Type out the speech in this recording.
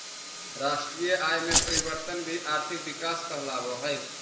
राष्ट्रीय आय में परिवर्तन भी आर्थिक विकास कहलावऽ हइ